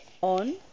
on